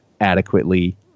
adequately